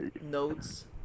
notes